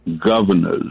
governors